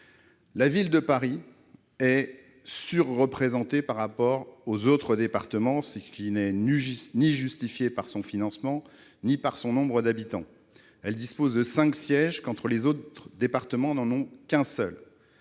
La Ville de Paris est surreprésentée par rapport aux autres départements, ce qui n'est justifié ni par son financement ni par son nombre d'habitants. Elle dispose de cinq sièges, quand les autres départements n'en ont qu'un seul.